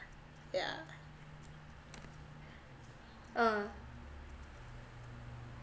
yeah uh